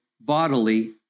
bodily